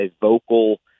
vocal